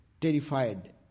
terrified